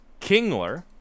Kingler